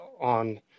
on